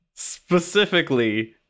Specifically